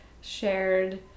shared